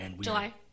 July